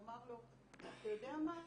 הוא אמר לו, אתה יודע מה,